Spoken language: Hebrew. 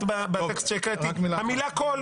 בטקסט שהקראתי, המילה "כל".